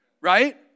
Right